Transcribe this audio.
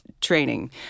training